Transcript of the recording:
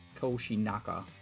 koshinaka